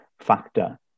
factor